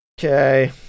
okay